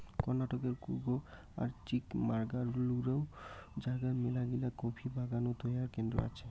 কর্ণাটকের কূর্গ আর চিকমাগালুরু জাগাত মেলাগিলা কফি বাগান ও তৈয়ার কেন্দ্র আছে